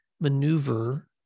maneuver